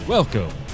Welcome